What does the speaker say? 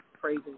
praising